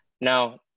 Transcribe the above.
Now